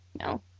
No